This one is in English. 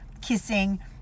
kissing